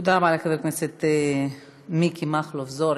תודה רבה לחבר הכנסת מיקי מכלוף זוהר.